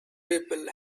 people